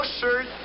shirt